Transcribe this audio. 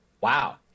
Wow